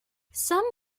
some